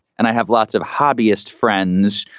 and i have lots of hobbyist friends,